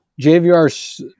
JVR